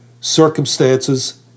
circumstances